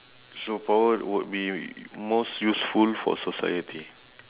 superpower would be most useful for society